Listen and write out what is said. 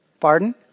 Pardon